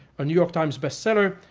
a new york times bestseller,